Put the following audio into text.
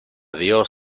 dios